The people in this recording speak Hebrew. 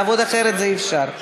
לעבוד אחרת זה אי-אפשר.